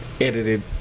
edited